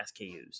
skus